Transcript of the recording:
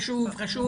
חשוב,